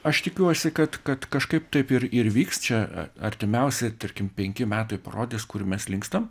aš tikiuosi kad kad kažkaip taip ir ir vyks čia a artimiausi tarkim penki metai parodys kur mes linkstam